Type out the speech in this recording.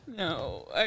No